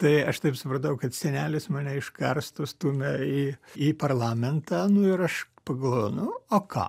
tai aš taip supratau kad senelis mane iš karsto stumia į į parlamentą nu ir aš pagalvojau nu o ką